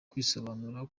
kwisobanura